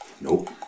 Nope